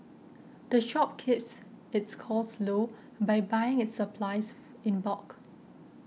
the shop keeps its costs low by buying its supplies in bulk